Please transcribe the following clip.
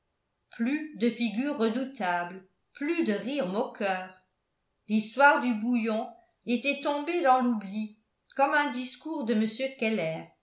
plus de figures redoutables plus de rires moqueurs l'histoire du bouillon était tombée dans l'oubli comme un discours de